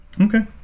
Okay